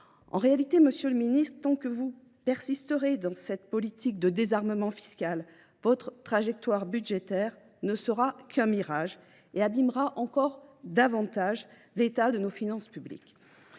En réalité, monsieur le ministre, tant que vous persisterez dans cette politique de désarmement fiscal, votre trajectoire budgétaire ne sera qu’un mirage qui abîmera encore davantage l’état de nos finances publiques.